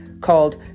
called